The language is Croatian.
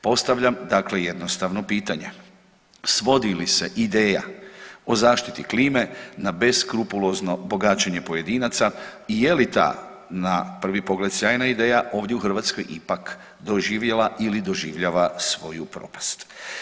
Postavljam dakle jednostavno pitanje, svodi li se ideja o zaštiti klime na beskrupulozno pogađanje pojedinaca i je li ta na prvi pogled sjajna ideja ovdje u Hrvatskoj ipak doživjela ili doživljava svoju propast.